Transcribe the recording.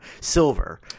silver